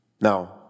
now